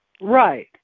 Right